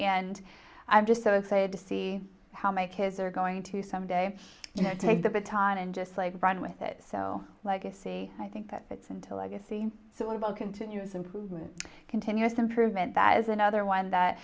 and i'm just so excited to see how my kids are going to someday you know take the baton and just like run with it legacy i think that fits into legacy so what about continuous improvement continuous improvement that is another one that